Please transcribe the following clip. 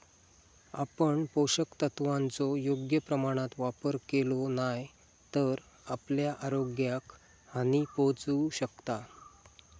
आपण पोषक तत्वांचो योग्य प्रमाणात वापर केलो नाय तर आपल्या आरोग्याक हानी पोहचू शकता